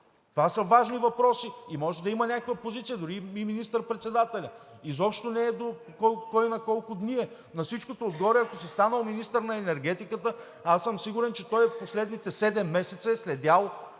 Това са важни въпроси и може да има някаква позиция дори министър-председателят. Изобщо не е до това кой на колко дни е, на всичкото отгоре, ако си станал министър на енергетиката. Аз съм сигурен, че в последните седем месеца той е следил